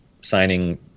signing